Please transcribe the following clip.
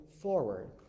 forward